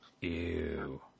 Ew